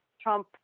Trump